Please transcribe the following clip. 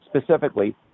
specifically